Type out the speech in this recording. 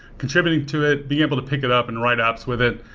contributing to it, being able to pick it up and write apps with it.